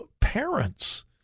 parents